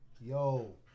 yo